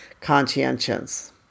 conscientious